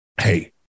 hey